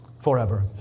forever